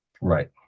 Right